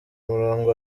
murongo